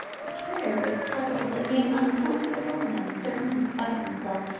the carrier was puzzled, and made uncomfortable and uncertain, in spite of himself.